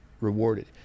rewarded